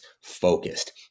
focused